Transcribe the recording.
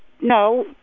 No